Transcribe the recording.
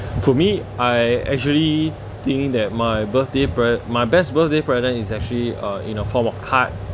for me I actually think that my birthday pre~ my best birthday present is actually uh in a form of card